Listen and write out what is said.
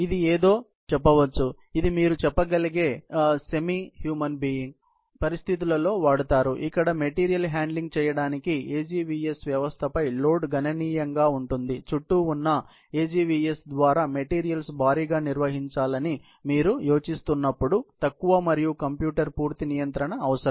కాబట్టి ఇది ఏదో చెప్పవచ్చు ఇది మీరు చెప్పగలిగే సెమీ మానవుడు పరిస్థితులలో వాడతారు ఇక్కడ మెటీరియల్ హ్యాండ్లింగ్ చేయడానికి AGVS వ్యవస్థపై లోడ్ గణనీయంగా ఉంటుంది చుట్టూ ఉన్న AGVS ద్వారా మెటీరియల్స్ భారీగా నిర్వహించాలని మీరు యోచిస్తున్నప్పుడు తక్కువ మరియు కంప్యూటర్ పూర్తి నియంత్రణ అవసరం